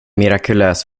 mirakulös